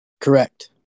Correct